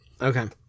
Okay